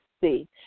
see